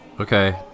Okay